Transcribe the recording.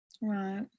right